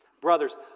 Brothers